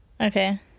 okay